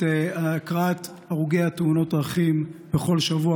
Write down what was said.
הקראת שמות הרוגי תאונות הדרכים בכל שבוע,